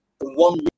one